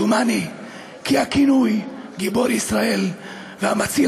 דומני כי הכינויים גיבור ישראל והמציל